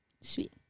sweet